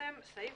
סעיף